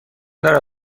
دارد